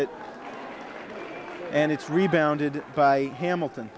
it and it's rebounded by hamilton